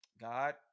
God